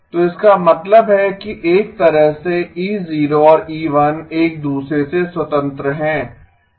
तो इसका मतलब है कि एक तरह से E0 और E1 एक दूसरे से स्वतंत्र हैं